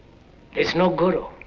there's no guru,